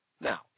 Now